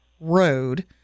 Road